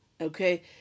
Okay